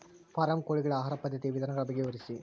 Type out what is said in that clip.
Form ಕೋಳಿಗಳ ಆಹಾರ ಪದ್ಧತಿಯ ವಿಧಾನಗಳ ಬಗ್ಗೆ ವಿವರಿಸಿ?